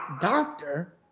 doctor